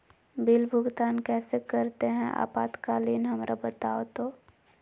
Bill भुगतान कैसे करते हैं आपातकालीन हमरा बताओ तो?